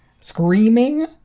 Screaming